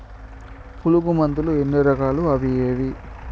పులుగు మందులు ఎన్ని రకాలు అవి ఏవి?